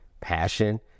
passion